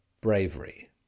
bravery